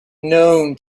known